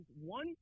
One